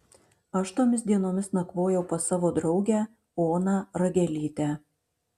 aš tomis dienomis nakvojau pas savo draugę oną ragelytę